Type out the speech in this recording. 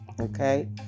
Okay